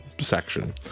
section